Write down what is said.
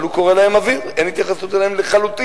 אבל הוא קורא להם "אוויר"; אין התייחסות אליהם לחלוטין.